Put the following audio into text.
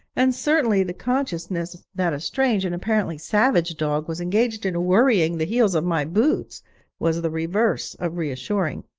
and certainly the consciousness that a strange and apparently savage dog was engaged in worrying the heels of my boots was the reverse of reassuring.